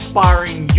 Inspiring